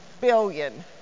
billion